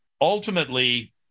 ultimately